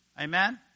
Amen